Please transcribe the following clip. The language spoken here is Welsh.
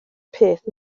peth